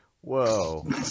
Whoa